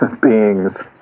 beings